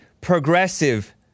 progressive